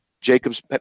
Jacob's